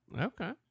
okay